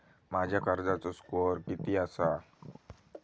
माझ्या कर्जाचो स्कोअर किती आसा?